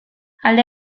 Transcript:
alde